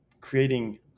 creating